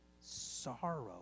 sorrow